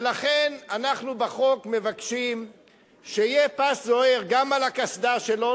ולכן אנחנו בחוק מבקשים שיהיה פס זוהר גם על הקסדה שלו,